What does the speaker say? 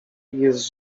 jest